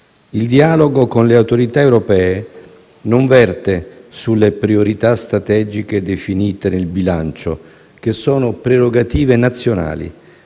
Il dialogo con le autorità europee non verte sulle priorità strategiche definite nel bilancio, che sono prerogative nazionali.